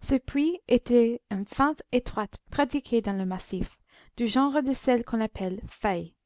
ce puits était une fente étroite pratiquée dans le massif du genre de celles qu'on appelle faille